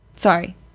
Sorry